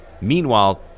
Meanwhile